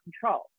control